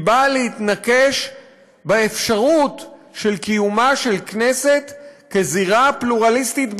היא באה להתנקש באפשרות של קיומה של כנסת כזירה פלורליסטית באמת,